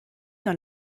dans